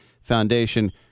Foundation